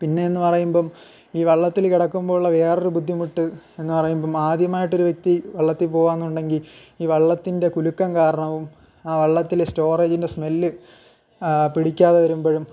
പിന്നെയെന്ന് പറയുമ്പം ഈ വള്ളത്തിൽ കിടക്കുമ്പോഴുള്ള വേറൊരു ബുദ്ധിമുട്ട് എന്നു പറയുമ്പം ആദ്യമായിട്ടൊരു വ്യക്തി വള്ളത്തിൽ പോകുകയാണെന്നുണ്ടെങ്കിൽ ഈ വള്ളത്തിൻ്റെ കുലുക്കം കാരണവും ആ വളളത്തിലെ സ്റ്റോറേജിൻ്റെ സ്മെല്ല് പിടിക്കാതെ വരുമ്പോഴും